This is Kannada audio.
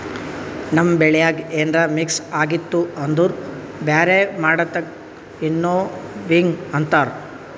ನಮ್ ಬೆಳ್ಯಾಗ ಏನ್ರ ಮಿಕ್ಸ್ ಆಗಿತ್ತು ಅಂದುರ್ ಬ್ಯಾರೆ ಮಾಡದಕ್ ವಿನ್ನೋವಿಂಗ್ ಅಂತಾರ್